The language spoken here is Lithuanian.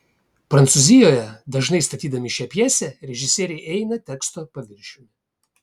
prancūzijoje dažnai statydami šią pjesę režisieriai eina teksto paviršiumi